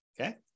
Okay